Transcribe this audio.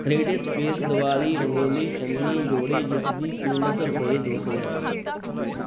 creative space Diwali rangoli ਚੰਨੀ ਜੋੜੇ ਜਿਸ ਦੀ ਕੀਮਤ ਰੁਪਏ ਦੋ ਸੌ ਹੈ